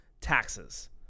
Taxes